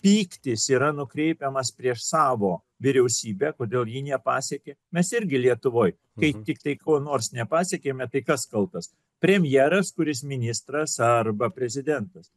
pyktis yra nukreipiamas prieš savo vyriausybę kodėl ji nepasiekė mes irgi lietuvoj kai tik tai ko nors nepasiekėme tai kas kaltas premjeras kuris ministras arba prezidentas